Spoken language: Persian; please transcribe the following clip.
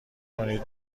کنید